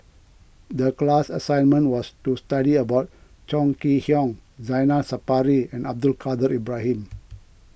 the class assignment was to study about Chong Kee Hiong Zainal Sapari and Abdul Kadir Ibrahim